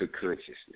consciousness